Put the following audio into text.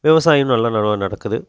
விவசாயம் நல்ல நடவாக நடக்குது